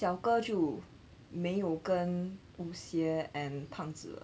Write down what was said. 小哥就没有跟 wu xie and 胖子了